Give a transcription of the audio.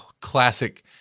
classic